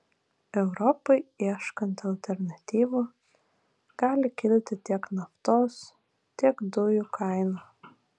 europai ieškant alternatyvų gali kilti tiek naftos tiek dujų kaina